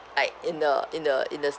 like in the in the in the